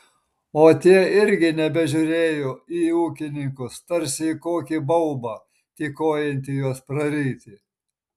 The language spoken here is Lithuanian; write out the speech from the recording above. o tie irgi nebežiūrėjo į ūkininkus tarsi į kokį baubą tykojantį juos praryti